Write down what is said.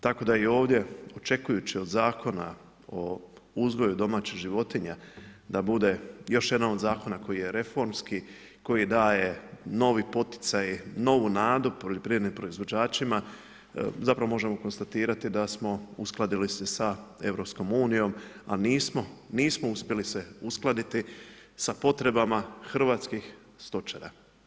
Tako da i ovdje očekujući od Zakona o uzgoju domaćih životinja da bude još jedan od zakona koji je reformski, koji daje novi poticaj, novu nadu poljoprivrednim proizvođačima, zapravo možemo konstatirati da smo uskladili se sa EU a nismo, nismo uspjeli se uskladiti sa potrebama hrvatskih stočara.